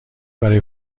برای